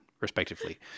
respectively